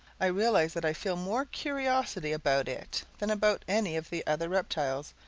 i realize that i feel more curiosity about it than about any of the other reptiles.